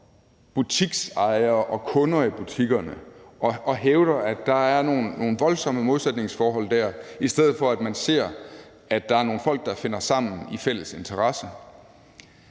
butiksejere og kunder i butikkerne og hævder, at der er nogle voldsomme modsætningsforhold der, i stedet for at man ser, at der er nogle folk, der finder sammen i fælles interesse.